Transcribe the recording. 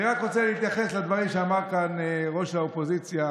אני רק רוצה להתייחס לדברים שאמר כאן ראש האופוזיציה